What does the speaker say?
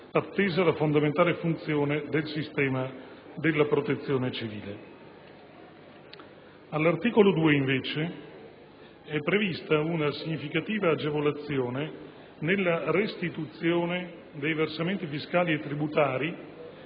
attesa la fondamentale funzione del sistema della protezione civile. All'articolo 2, invece, è prevista una significativa agevolazione nella restituzione dei versamenti fiscali e tributari,